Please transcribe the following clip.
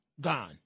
gone